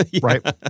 right